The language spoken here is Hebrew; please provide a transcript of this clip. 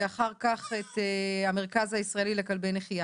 ואחר כך המרכז הישראלי לכלבי נחייה.